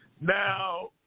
Now